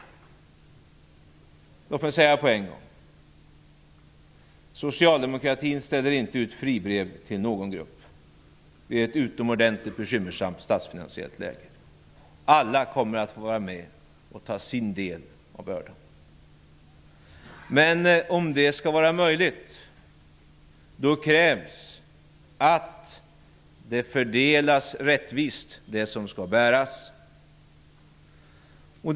Låt mig med en gång säga att socialdemokratin inte ställer ut fribrev till någon grupp. Det statsfinansiella läget är utomordentligt bekymmersamt. Alla kommer att få vara med och bära sin del av bördan. Men om det skall vara möjligt krävs att det som skall bäras fördelas rättvist.